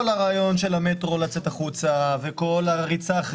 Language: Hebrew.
מתן כלים לחברי מועצה: הפלתם את הצעת החוק שלי